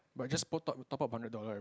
but just top you top up hundred dollar right